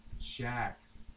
shacks